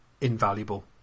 invaluable